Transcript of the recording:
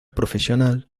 profesional